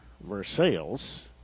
Versailles